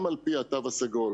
גם על פי התו הסגול,